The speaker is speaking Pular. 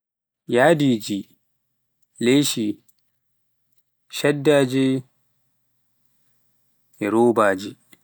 yadi, leshi, shaddaje, e robaaji